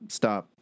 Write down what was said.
stop